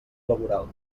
laboral